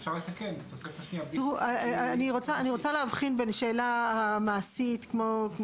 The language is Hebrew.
בכל מקרה זה התנאי, כי כל